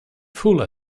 full